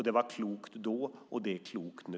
Det var klokt då, och det är klokt nu.